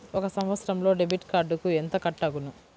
ఒక సంవత్సరంలో డెబిట్ కార్డుకు ఎంత కట్ అగును?